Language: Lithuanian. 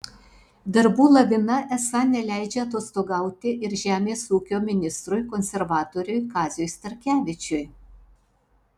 darbų lavina esą neleidžia atostogauti ir žemės ūkio ministrui konservatoriui kaziui starkevičiui